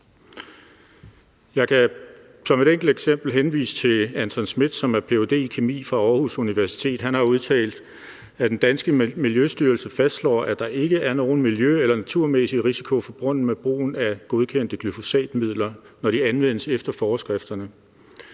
eksempel henvise til Anton Smith , som er ph.d. i kemi fra Aarhus Universitet. Han har udtalt, at den danske Miljøstyrelse fastslår, at der ikke er nogen miljø- eller naturmæssig risiko forbundet med brugen af godkendte glyfosatmidler, når de anvendes efter forskrifterne.